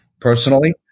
personally